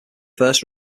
first